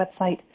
website